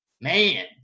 man